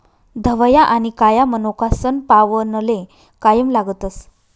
धवया आनी काया मनोका सनपावनले कायम लागतस